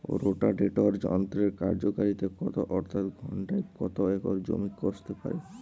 Rotavator যন্ত্রের কার্যকারিতা কত অর্থাৎ ঘণ্টায় কত একর জমি কষতে পারে?